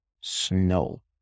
snow